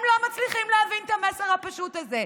הם לא מצליחים להבין את המסר הפשוט הזה.